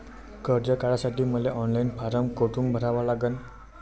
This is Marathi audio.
कर्ज काढासाठी मले ऑनलाईन फारम कोठून भरावा लागन?